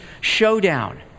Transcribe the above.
showdown